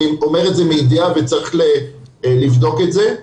אני אומר את זה מידיעה וצריך לבדוק את זה,